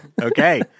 Okay